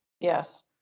yes